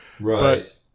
right